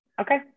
Okay